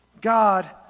God